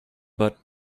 but